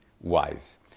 wise